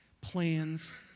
plans